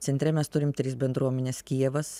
centre mes turim tris bendruomenes kijevas